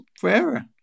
forever